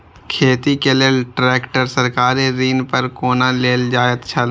खेती के लेल ट्रेक्टर सरकारी ऋण पर कोना लेल जायत छल?